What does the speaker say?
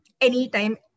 anytime